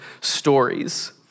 stories